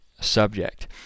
subject